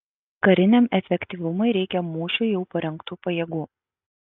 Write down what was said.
kariniam efektyvumui reikia mūšiui jau parengtų pajėgų